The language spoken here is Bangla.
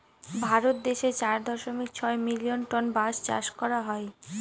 ভারত দেশে চার দশমিক ছয় মিলিয়ন টন বাঁশ চাষ করা হয়